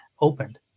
opened